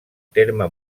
terme